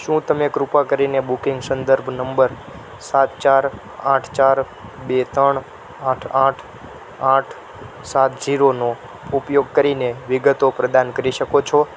શું તમે કૃપા કરીને બુકિંગ સંદર્ભ નંબર સાત ચાર આઠ ચાર બે ત્રણ આઠ આઠ આઠ સાત જીરોનો ઉપયોગ કરીને વિગતો પ્રદાન કરી શકો છો